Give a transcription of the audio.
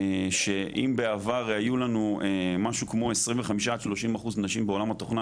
שאם בעבר היו לנו משהו כמו 25-30% נשים בעולם התוכנה,